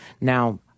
Now